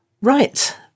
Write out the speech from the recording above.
Right